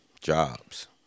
jobs